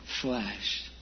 flesh